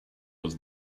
was